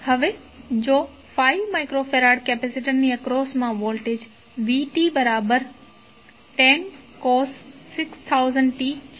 હવે જો 5 μF capacitor ની એક્રોસમા વોલ્ટેજ vt10 cos 6000t છે